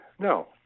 No